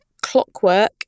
clockwork